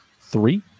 three